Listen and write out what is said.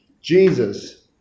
Jesus